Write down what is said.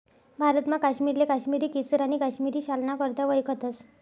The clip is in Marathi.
भारतमा काश्मीरले काश्मिरी केसर आणि काश्मिरी शालना करता वयखतस